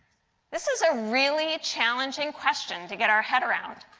this is a really challenging question to get our head around.